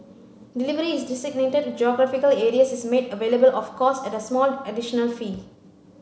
delivery is designated to geographical areas is made available of course at a small additional fee